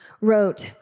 wrote